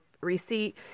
receipt